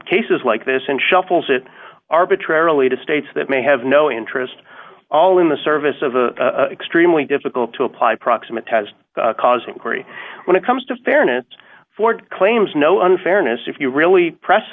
cases like this and shuffles it arbitrarily to states that may have no interest all in the service of the extremely difficult to apply proximate test cause inquiry when it comes to fairness for claims no unfairness if you really press